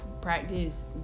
Practice